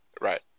right